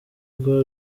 urwo